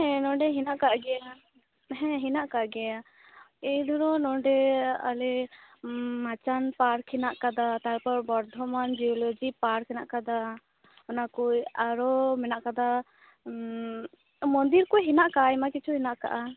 ᱦᱮᱸ ᱱᱚᱸᱰᱮ ᱦᱮᱱᱟᱜ ᱟᱠᱟᱫ ᱜᱮᱭᱟ ᱦᱮᱸ ᱦᱮᱱᱟᱜ ᱟᱠᱟᱫ ᱜᱮᱭᱟ ᱱᱚᱸᱰᱮ ᱟᱞᱮ ᱢᱟᱪᱟᱱ ᱯᱟᱨᱠ ᱦᱮᱱᱟᱜ ᱠᱟᱫᱟ ᱛᱟᱨᱯᱚᱨ ᱵᱚᱨᱫᱷᱚᱢᱟᱱ ᱡᱤᱭᱳᱞᱚᱡᱤ ᱯᱟᱨᱠ ᱦᱮᱱᱟᱜ ᱟᱠᱟᱫᱟ ᱚᱱᱟᱠᱚ ᱟᱨᱚ ᱢᱮᱱᱟᱜ ᱟᱠᱟᱫᱟ ᱢᱚᱱᱫᱤᱨ ᱠᱚ ᱦᱮᱱᱟᱜ ᱟᱠᱟᱫᱼᱟ ᱟᱭᱢᱟ ᱠᱤᱪᱷᱩ ᱦᱮᱱᱟᱜ ᱟᱠᱟᱫ ᱜᱮᱭᱟ